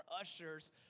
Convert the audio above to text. ushers